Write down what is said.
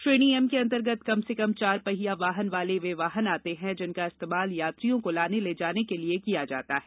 श्रेणी एम के अर्तर्गत कम से कम चार पहिया वाले वे वाहन आते हैं जिनका इस्तेमाल यात्रियों को लाने ले जाने के लिए किया जाता है